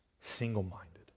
single-minded